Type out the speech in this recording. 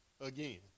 again